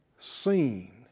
seen